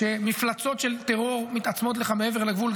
כשמפלצות של טרור מתעצמות לך מעבר לגבול,